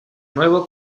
nuevo